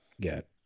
get